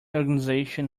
organization